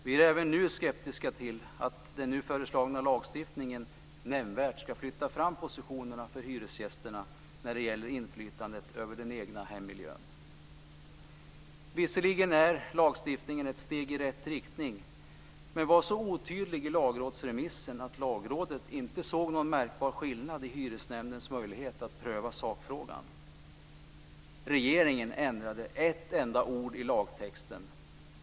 Vi är även skeptiska till att den nu föreslagna lagstiftningen nämnvärt ska flytta fram positionerna för hyresgästerna när det gäller inflytandet över den egna hemmiljön. Visserligen är lagstiftningen ett steg i rätt riktning, men man var så otydlig i lagrådsremissen att Lagrådet inte såg någon märkbar skillnad i hyresnämndens möjligheter att pröva sakfrågan. Regeringen ändrade ett enda ord i lagstiftningen.